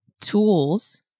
tools